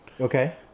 Okay